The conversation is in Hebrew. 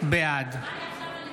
בעד